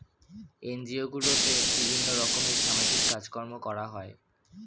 NGO গুলোতে বিভিন্ন রকমের সামাজিক কাজকর্ম করা হয়